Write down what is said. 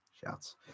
Shouts